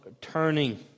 turning